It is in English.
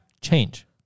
change